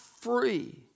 free